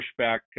pushback